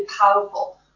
powerful